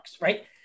right